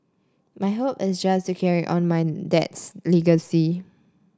my hope is just to carry on my dad's legacy